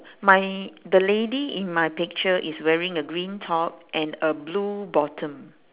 my the lady in my picture is wearing a green top and a blue bottom